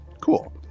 Cool